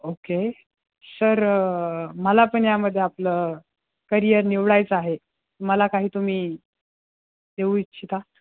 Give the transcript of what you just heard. okay sir मला पण यामध्ये आपलं करियर निवडायचं आहे मला काही तुम्ही देऊ इच्छिता